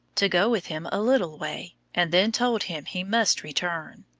to go with him a little way, and then told him he must return.